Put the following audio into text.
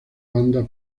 banda